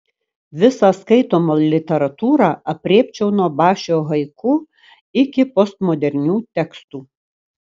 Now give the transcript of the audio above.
visą skaitomą literatūrą aprėpčiau nuo bašio haiku iki postmodernių tekstų